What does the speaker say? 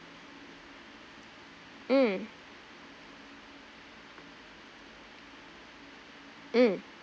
mm mm